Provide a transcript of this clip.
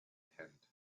tent